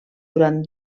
durant